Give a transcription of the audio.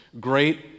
great